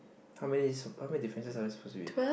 how many su~ how many differences are there suppose to be